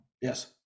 Yes